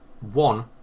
one